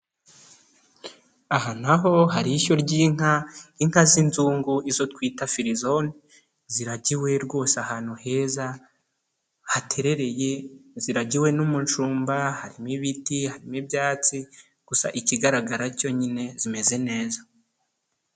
Aha na ho hari ishyo ry'inka inka z'inzungu izo twita firizone, ziragiwe rwose ahantu heza hatererereye, ziragiwe n'umushumba, harimo ibiti, harimo ibyatsi, gusa ikigaragara cyo nyine zimeze neza.